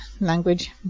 language